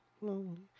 lonely